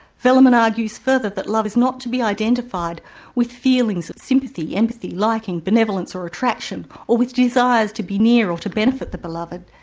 vellman argues further that love is not to be identified with feelings of sympathy, empathy, liking, benevolence or attraction, or with desires to be near or to benefit the beloved.